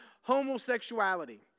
homosexuality